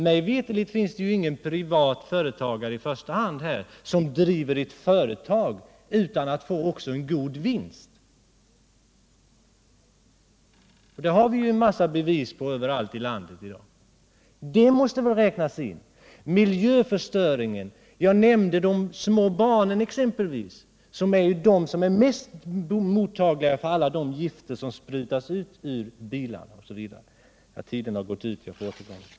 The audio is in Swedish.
Mig veterligen finns ingen privat företagare som driver ett företag utan att därvid också få en god vinst. Överallt i landet har vi i dag en massa bevis på detta. I fråga om miljöförstöringen nämnde jag exempelvis de små barnen, som är de mest mottagliga för alla de gifter som sprutas ut ur bilarna osv. Ja, tiden har gått ut så jag får väl återkomma.